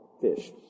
fish